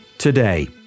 Today